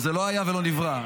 זה לא היה ולא נברא,